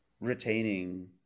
retaining